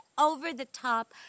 over-the-top